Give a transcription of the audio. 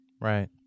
Right